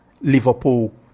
Liverpool